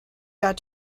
got